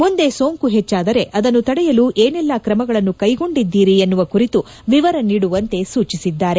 ಮುಂದೆ ಸೋಂಕು ಹೆಚ್ಚಾದರೆ ಅದನ್ನು ತಡೆಯಲು ಏನೆಲ್ಲಾ ಕ್ರಮಗಳನ್ನು ಕೈಗೊಂಡಿದ್ದೀರಿ ಎನ್ನುವ ಕುರಿತು ವಿವರ ನೀಡುವಂತೆ ಸೂಚಿಸಿದ್ದಾರೆ